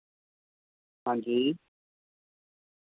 हांजी